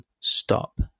stop